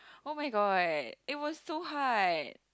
oh-my-god it was so hard